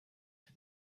for